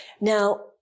Now